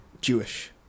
jewish